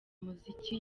umuziki